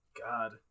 God